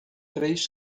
três